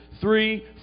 Three